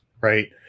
right